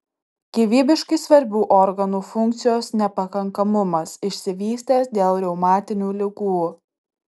gyvybiškai svarbių organų funkcijos nepakankamumas išsivystęs dėl reumatinių ligų